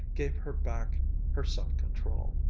gave her back her self-control.